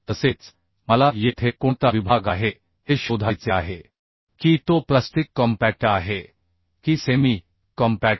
तसेच मला येथे कोणता विभाग आहे हे शोधायचे आहे की तो प्लास्टिक कॉम्पॅक्ट आहे की सेमी कॉम्पॅक्ट